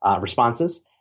responses